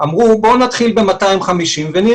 אמרו בואו נתחיל ב-250 ונראה,